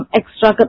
extra